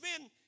men